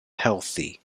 healthy